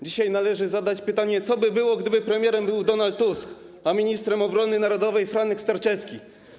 Dzisiaj należy zadać pytanie, co by było, gdyby premierem był Donald Tusk, a ministrem obrony narodowej - Franek Sterczewski.